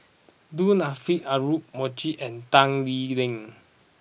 Du Nanfa Audra Morrice and Tan Lee Leng